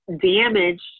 damaged